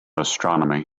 astronomy